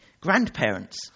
grandparents